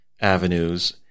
avenues